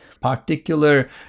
particular